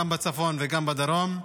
גם בצפון וגם בדרום,